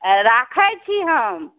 राखै छी हम